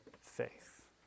faith